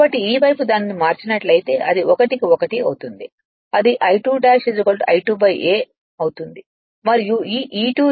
కాబట్టి ఈ వైపు దానిని మార్చినట్లయితే అది 1 కి 1 అవుతుంది అది I2 ' I2 a అవుతుంది